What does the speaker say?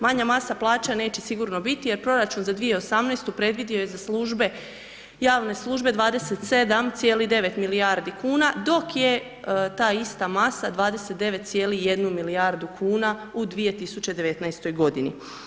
Manja masa plaća neće sigurno biti jer proračun za 2018. predvidio je za službe, javne službe 27,9 milijardi kn, dok je ta ista masa 29,1 milijardu kuna u 2019. godini.